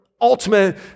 ultimate